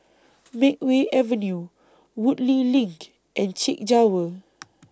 Makeway Avenue Woodleigh LINK and Chek Jawa